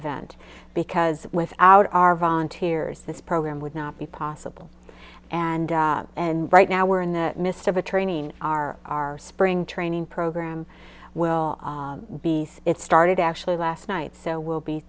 event because without our volunteers this program would not be possible and and right now we're in the midst of a training are our spring training program will be it started actually last night so we'll be